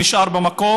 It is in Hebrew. הוא נשאר במקום,